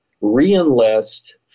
re-enlist